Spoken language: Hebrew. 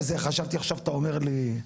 חשבתי עכשיו אתה אומר לי.